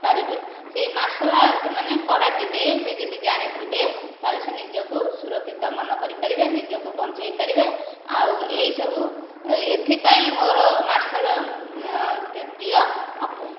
ପାରିବେ ସେ martial arts karate ରେ ସେ ଯଦି ଜାଣିଥିବେ ତା'ହେଲେ ସେ ନିଜକୁ ସୁରକ୍ଷିତ ମନେକରିପାରିବେ ନିଜକୁ ବଞ୍ଚାଇପାରିବେ ଆଉ ଏହିସବୁ ଏଥିପାଇଁ ମୋର ମାର୍ଶାଲ ପ୍ରିୟ ଅଟେ